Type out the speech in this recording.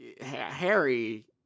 harry